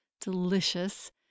delicious